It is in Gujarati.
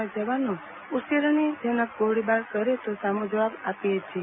ના જવાનો ઉશ્કેરણીજનક ગોળીબાર કરે તો સામો જવાબ આપીએ છીએ